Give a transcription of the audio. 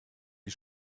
die